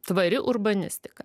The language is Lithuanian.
tvari urbanistika